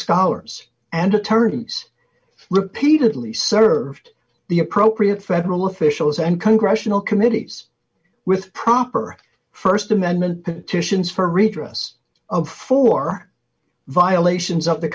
scholars and attorneys repeatedly served the appropriate federal officials and congressional committees with proper st amendment petitions for redress of for violations of the